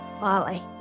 Molly